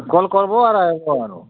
call କରବୋ ଆରେ